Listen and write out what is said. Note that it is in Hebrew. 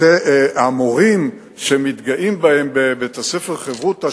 המורים שמתגאים בהם בבית-הספר "חברותא",